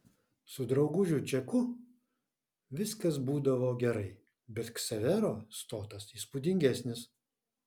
su draugužiu čeku viskas būdavo gerai bet ksavero stotas įspūdingesnis